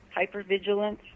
hypervigilance